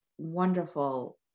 wonderful